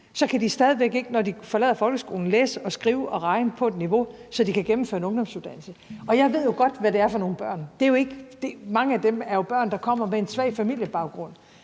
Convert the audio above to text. i Danmark, stadig væk ikke, når de forlader folkeskolen, kan læse, skrive og regne på et niveau, så de kan gennemføre en ungdomsuddannelse, og jeg ved jo godt, hvad det er for nogle børn. Mange af dem er jo børn, der kommer med en svag familiebaggrund,